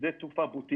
שדה תעופה בוטיק,